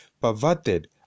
perverted